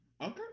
Okay